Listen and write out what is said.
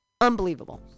unbelievable